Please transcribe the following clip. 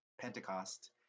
Pentecost